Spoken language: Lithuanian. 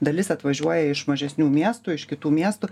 dalis atvažiuoja iš mažesnių miestų iš kitų miestų